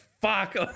Fuck